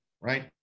right